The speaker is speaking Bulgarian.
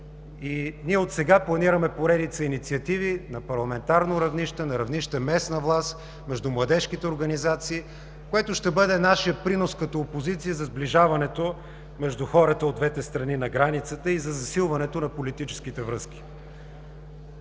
Ние отсега планираме поредица инициативи на парламентарно равнище, на равнище местна власт, между младежките организации, което ще бъде нашият принос като опозиция за сближаването между хората от двете страни на границата и за засилването на политическите връзки.